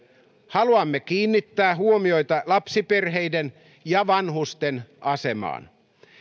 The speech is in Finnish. haluamme kiinnittää huomiota lapsiperheiden ja vanhusten asemaan